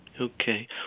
Okay